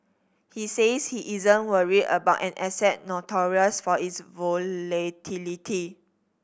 he says he isn't worried about an asset notorious for its volatility